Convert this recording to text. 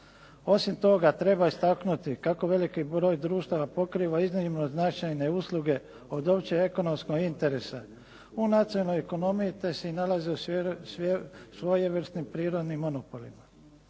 Osim toga, treba istaknuti kako veliki broj društava pokriva iznimno značajne usluge od općeg ekonomskog interesa u nacionalnoj ekonomiji te se i nalazi u svojevrsnim prirodnim monopolima.